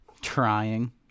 Trying